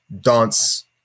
dance